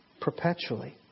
perpetually